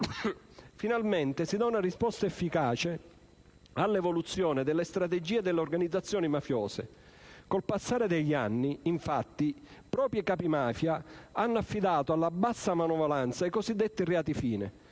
Finalmente si dà una risposta efficace all'evoluzione delle strategie delle organizzazioni mafiose. Con il passare degli anni, infatti, proprio i capimafia hanno affidato alla bassa manovalanza i cosiddetti reati fine